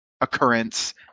occurrence